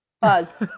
Buzz